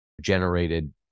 generated